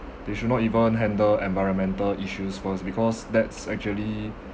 they should not even handle environmental issues first because that's actually